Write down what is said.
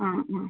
ആ ആ